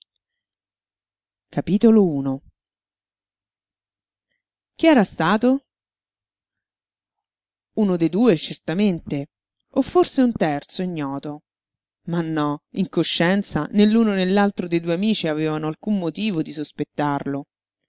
amarezza chi era stato uno de due certamente o forse un terzo ignoto ma no in coscienza né l'uno né l'altro de due amici avevano alcun motivo di sospettarlo